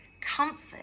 comfort